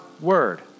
word